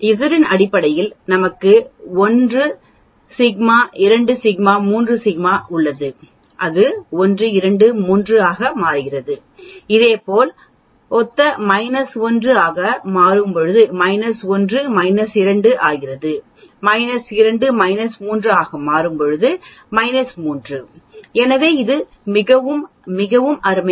Z இன் அடிப்படையில் நமக்கு 1 சிக்மா 2 சிக்மா 3 சிக்மா உள்ளது அது 1 2 3 ஆக மாறுகிறது இதேபோல் ஒத்த 1 ஆக மாறும் 1 2 ஆகிறது 2 3 ஆக மாறும் 3 எனவே இது மிகவும் மிகவும் அருமை